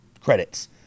credits